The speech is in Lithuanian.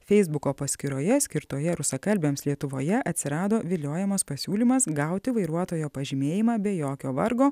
feisbuko paskyroje skirtoje rusakalbiams lietuvoje atsirado viliojamas pasiūlymas gauti vairuotojo pažymėjimą be jokio vargo